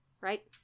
Right